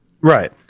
right